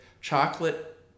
chocolate